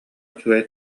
үчүгэй